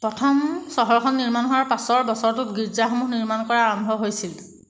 প্ৰথম চহৰখন নিৰ্মাণ হোৱাৰ পাছৰ বছৰটোত গীৰ্জাসমূহ নিৰ্মাণ কৰা আৰম্ভ হৈছিল